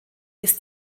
ist